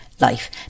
life